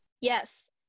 Yes